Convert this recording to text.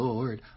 Lord